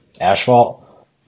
asphalt